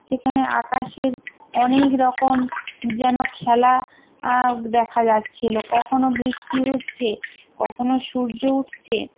সেখানে আকাশের অনেক রকম যেন খেলা দেখা যাচ্ছিল কখনও বৃষ্টি হচ্ছে কখনও সূর্য উঠছে